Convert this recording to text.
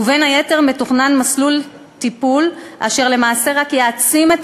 ובין היתר מתוכנן מסלול טיפול אשר למעשה רק יעצים את